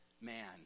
man